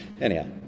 anyhow